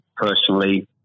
personally